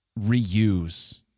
reuse